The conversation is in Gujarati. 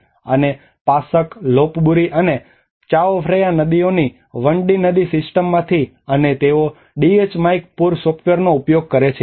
અને પાસક લોપબૂરી અને ચાઓ ફ્રેયા નદીઓની 1 ડી નદી સિસ્ટમમાંથી અને તેઓ ડીએચ માઇક પૂર સોફ્ટવેરનો ઉપયોગ કરે છે